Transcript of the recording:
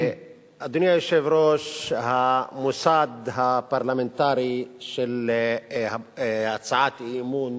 אדוני היושב-ראש, המוסד הפרלמנטרי של הצעת אי-אמון